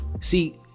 See